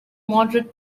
moderate